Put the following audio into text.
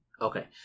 Okay